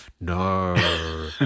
No